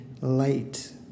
light